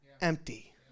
empty